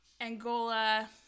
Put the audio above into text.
Angola